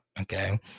okay